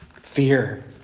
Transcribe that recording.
Fear